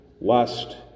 lust